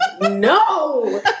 no